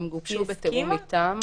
הם גובשו בתיאום איתם,